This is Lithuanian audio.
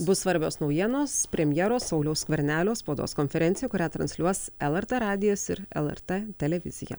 bus svarbios naujienos premjero sauliaus skvernelio spaudos konferencija kurią transliuos lrt radijas ir lrt televizija